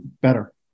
better